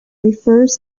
refers